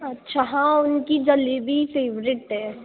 अच्छा हाँ उनकी जलेबी फेवररिट है